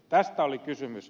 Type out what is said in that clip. tästä oli kysymys